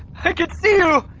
i can see you!